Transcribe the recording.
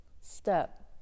step